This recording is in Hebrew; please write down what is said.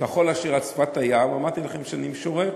כחול אשר על שפת הים, אמרתי לכם שאני משורר?